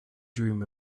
dream